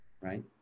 right